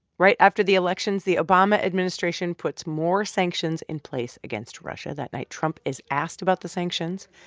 right after the elections, the obama administration puts more sanctions in place against russia. that night, trump is asked about the sanctions.